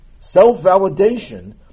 Self-validation